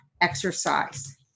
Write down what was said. exercise